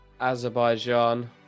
Azerbaijan